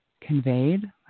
conveyed